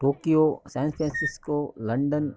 Tokyo San Francisco London